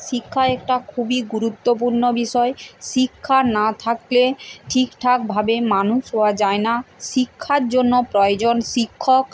শিক্ষা একটা খুবই গুরুত্বপূর্ণ বিষয় শিক্ষা না থাকলে ঠিকঠাকভাবে মানুষ হওয়া যায় না শিক্ষার জন্য প্রয়োজন শিক্ষক